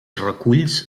reculls